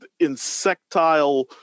insectile